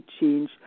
change